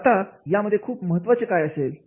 आता यामध्ये खूप महत्त्वाचे काय असेल